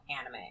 anime